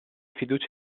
fiducia